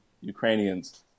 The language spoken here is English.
Ukrainians